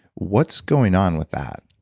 what's going on with that?